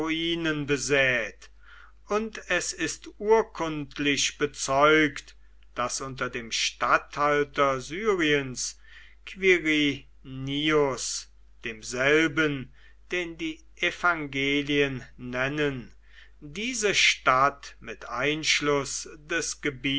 ruinen besät und es ist urkundlich bezeugt daß unter dem statthalter syriens quirinius demselben den die evangelien nennen diese stadt mit einschluß des